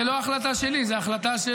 זו לא החלטה שלי.